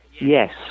Yes